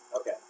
Okay